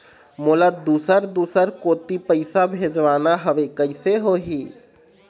मोला दुसर दूसर कोती पैसा भेजवाना हवे, कइसे होही?